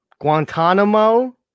Guantanamo